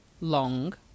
long